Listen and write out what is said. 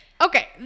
Okay